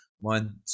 one